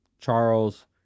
Charles